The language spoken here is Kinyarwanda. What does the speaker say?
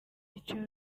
icyo